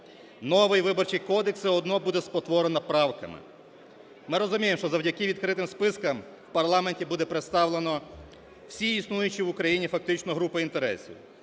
новий Виборчий кодекс все одно буде спотворено правками. Ми розуміємо, що завдяки відкритим спискам в парламенті буде представлено всі існуючі в Україні фактично групи інтересів.